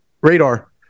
radar